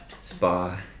spa